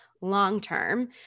long-term